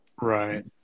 Right